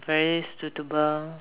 very suitable